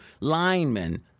linemen